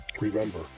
Remember